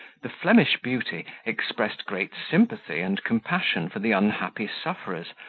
the flemish beauty expressed great sympathy and compassion for the unhappy sufferers,